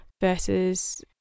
versus